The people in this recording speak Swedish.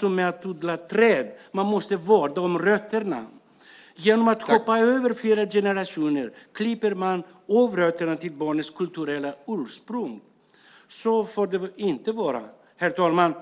som när man odlar träd: Man måste vårda rötterna. Genom att hoppa över flera generationer klipper man av rötterna till barnets kulturella ursprung. Så får det inte vara. Herr talman!